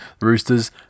Roosters